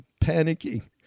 panicking